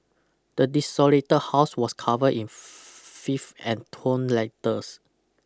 the desolated house was cover in fifth and torn letters